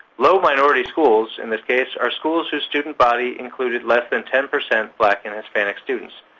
low-minority schools, in this case, are schools whose student body included less than ten percent black and hispanic students,